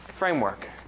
framework